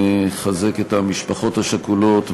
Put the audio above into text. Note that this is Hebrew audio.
לחזק את המשפחות השכולות,